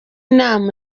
inama